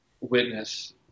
witness